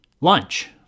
lunch